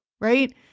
right